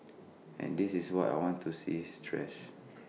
and this is what I want to see stress